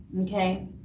okay